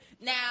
Now